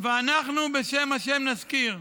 ואנחנו בשם ה' נזכיר?